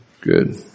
Good